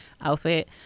outfit